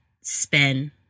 spin